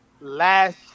last